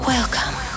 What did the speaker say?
Welcome